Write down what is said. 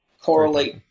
correlate